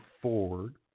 forward